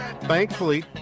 thankfully